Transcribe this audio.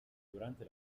durante